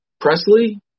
Presley